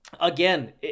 again